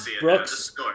Brooks